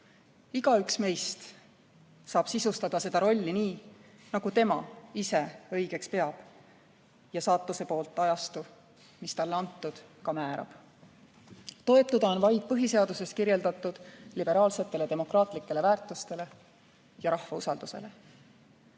Igaüks meist saab sisustada seda rolli nii, nagu tema ise õigeks peab ja talle saatuse poolt antud ajastu määrab. Toetuda on vaid põhiseaduses kirjeldatud liberaalsetele demokraatlikele väärtustele ja rahva usaldusele.